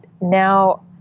now